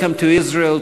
Welcome to Israel,